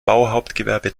bauhauptgewerbe